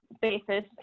basis